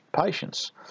patience